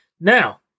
Now